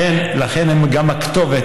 לכן, הם גם הכתובת.